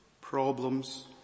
problems